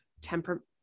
temper